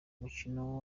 mukino